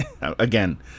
again